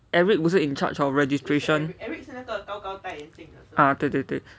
eric 不是 in charge of registration ah 对对对